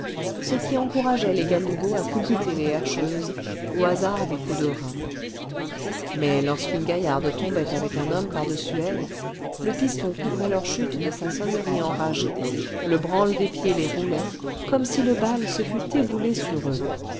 ce qui encourageait les galibots à culbuter les herscheuses au hasard des coups de reins mais lorsqu'une gaillarde tombait avec un homme par-dessus elle le piston couvrait leur chute de sa sonnerie enragée le branle des pieds les roulait comme si le bal se fût éboulé sur eux